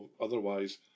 otherwise